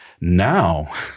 Now